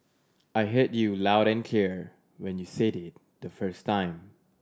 I heard you loud and clear when you said it the first time